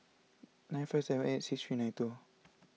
nine five seven eight six three nine two